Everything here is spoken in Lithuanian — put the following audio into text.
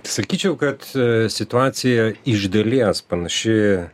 sakyčiau kad situacija iš dalies panaši